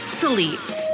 sleeps